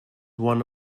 one